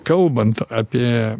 kalbant apie